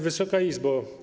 Wysoka Izbo!